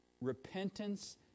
repentance